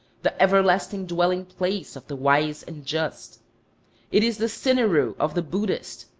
the everlasting dwelling-place of the wise and just it is the sineru of the buddhist,